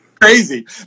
Crazy